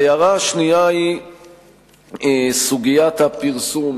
ההערה השנייה היא בסוגיית הפרסום,